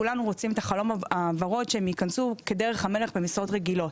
כולנו רוצים את החלום הוורוד שהם ייכנסו כדרך המלך במשרות רגילות,